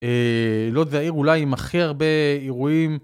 לא זהיר, אולי עם אחרי הרבה אירועים.